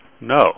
no